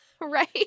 Right